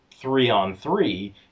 three-on-three